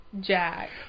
jack